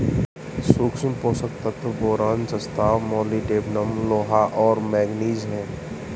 सूक्ष्म पोषक तत्व बोरान जस्ता मोलिब्डेनम लोहा और मैंगनीज हैं